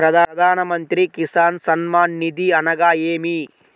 ప్రధాన మంత్రి కిసాన్ సన్మాన్ నిధి అనగా ఏమి?